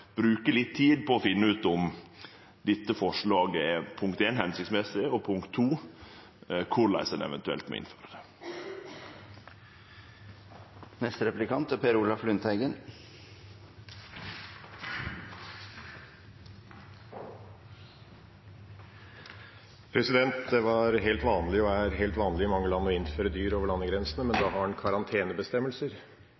litt tid på først å finne ut om dette forslaget er hensiktsmessig, og så korleis ein eventuelt må innføre det. Det var – og er – helt vanlig i mange land å innføre dyr over landegrensene, men da